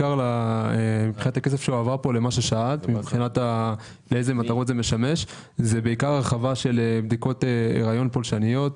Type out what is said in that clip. המטרות שלשמן מיועדת הפנייה הן בעיקר הרחבה של בדיקות הריון פולשניות,